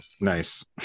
Nice